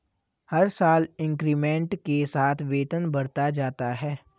हर साल इंक्रीमेंट के साथ वेतन बढ़ता जाता है